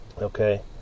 Okay